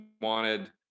wanted